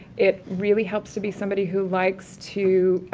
it really helps to be somebody who likes to,